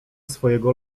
swojego